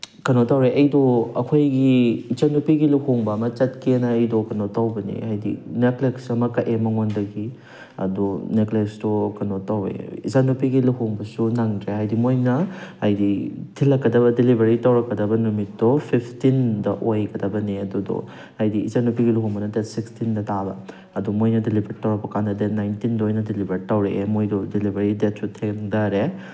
ꯀꯩꯅꯣ ꯇꯧꯔꯦ ꯑꯩꯗꯣ ꯑꯩꯈꯣꯏꯒꯤ ꯏꯆꯟꯅꯨꯄꯤꯒꯤ ꯂꯨꯍꯣꯡꯕ ꯑꯃ ꯆꯠꯀꯦꯅ ꯑꯩꯗꯣ ꯀꯩꯅꯣ ꯇꯧꯕꯅꯤ ꯍꯥꯏꯗꯤ ꯅꯦꯛꯂꯦꯁ ꯑꯃ ꯀꯛꯑꯦ ꯃꯉꯣꯟꯗꯒꯤ ꯑꯗꯣ ꯅꯦꯛꯂꯦꯁꯇꯨ ꯀꯩꯅꯣ ꯇꯧꯋꯦ ꯏꯆꯟꯅꯨꯄꯤꯒꯤ ꯂꯨꯍꯣꯡꯕꯁꯨ ꯅꯪꯗ꯭ꯔꯦ ꯍꯥꯏꯗꯤ ꯃꯣꯏꯅ ꯍꯥꯏꯗꯤ ꯊꯤꯜꯂꯛꯀꯗꯕ ꯗꯤꯂꯤꯚꯔꯤ ꯇꯧꯔꯛꯀꯗꯕ ꯅꯨꯃꯤꯠꯇꯣ ꯐꯤꯞꯇꯤꯟꯗ ꯑꯣꯏꯒꯗꯕꯅꯦ ꯑꯗꯨꯗꯣ ꯍꯥꯏꯗꯤ ꯏꯆꯟꯅꯨꯄꯤꯒꯤ ꯂꯨꯍꯣꯡꯕꯅ ꯗꯦꯠ ꯁꯤꯛꯁꯇꯤꯟꯗ ꯇꯥꯕ ꯑꯗꯣ ꯃꯣꯏꯅ ꯗꯤꯂꯤꯚꯔ ꯇꯧꯔꯛꯄ ꯀꯥꯟꯗ ꯗꯦꯠ ꯅꯥꯏꯟꯇꯤꯟꯗ ꯑꯣꯏꯅ ꯗꯤꯂꯤꯚꯔ ꯇꯧꯔꯛꯑꯦ ꯃꯣꯏꯗꯣ ꯗꯤꯂꯤꯚꯔꯤ ꯗꯦꯠꯁꯨ ꯊꯦꯡꯗꯔꯦ